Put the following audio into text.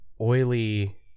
oily